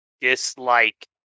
dislike